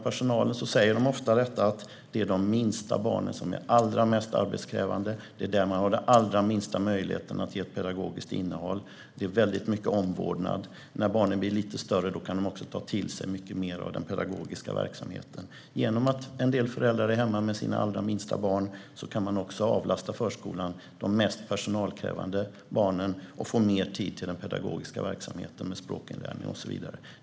Personalen säger ofta att det är de minsta barnen som är allra mest arbetskrävande. Det är där man har den allra minsta möjligheten att ge ett pedagogiskt innehåll. Det är väldigt mycket omvårdnad. När barnen blir lite större kan de ta till sig mycket mer av den pedagogiska verksamheten. Genom att en del föräldrar är hemma med sina minsta barn kan man avlasta förskolan de mest personalkrävande barnen så att personalen får mer tid till den pedagogiska verksamheten med språkinlärning och så vidare.